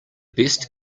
best